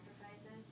sacrifices